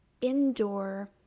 indoor